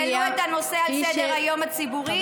שהעלו את הנושא הזה על סדר-היום הציבורי.